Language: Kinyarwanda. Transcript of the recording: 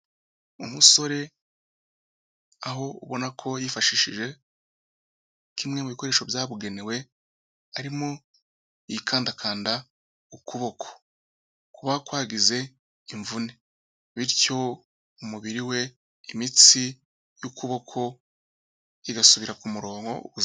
Umusore aho ubona ko yifashishije kimwe mu bikoresho byabugenewe, arimo yikandakanda ukuboko kuba kwagize imvune, bityo umubiri we, imitsi y'ukuboko igasubira ku murongo.